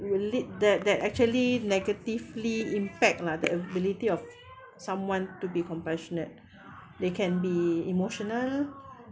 will lead that that actually negatively impact lah the ability of someone to be compassionate they can be emotional